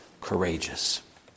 courageous